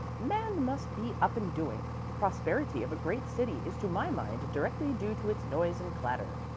man must be up and doing. the prosperity of a great city is to my mind directly due to its noise and clatter,